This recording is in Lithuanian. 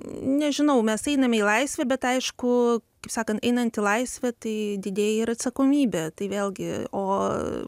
nežinau mes einame į laisvę bet aišku kaip sakant einant į laisvę tai didėja ir atsakomybė tai vėlgi o